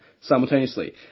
simultaneously